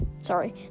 sorry